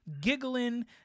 giggling